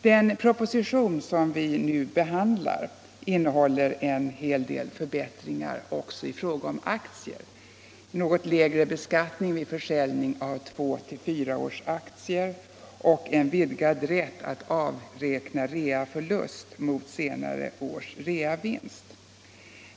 Den proposition som vi nu behandlar innehåller en hel del förbättringar också i fråga om aktier — något lägre beskattning vid försäljning av 2—4 års aktier och en vidgad rätt att avräkna reaförlust mot senare års reavinst.